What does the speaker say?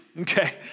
Okay